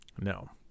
No